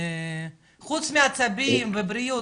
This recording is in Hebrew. חוץ מעצבים ובריאות,